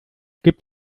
gibt